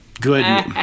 Good